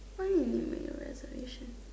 what do you mean reservation